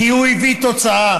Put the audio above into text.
כי הוא הביא תוצאה.